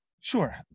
Sure